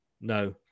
No